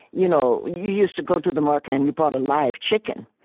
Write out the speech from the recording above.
you know you used to go to the market, and you bought a live chicken.